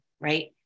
right